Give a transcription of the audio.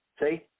See